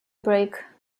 break